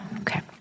Okay